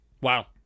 Wow